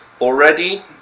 Already